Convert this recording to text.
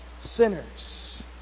sinners